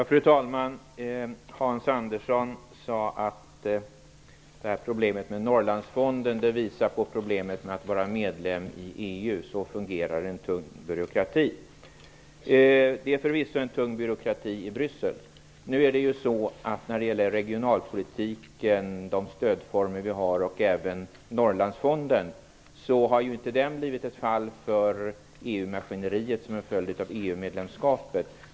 Fru talman! Hans Andersson sade att problemet med Norrlandsfonden visar problemet med att vara medlem i EU, så fungerar en tung byråkrati. Det är förvisso en tung byråkrati i Bryssel. Men regionalpolitiken, de stödformer vi har och även Norrlandsfonden, har inte blivit ett fall för EU maskineriet som en följd av EU-medlemskapet.